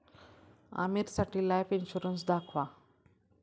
आमीरसाठी life insurance दाखवा